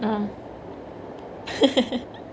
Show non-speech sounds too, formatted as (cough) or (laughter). ah (laughs)